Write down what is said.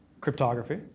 cryptography